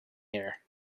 here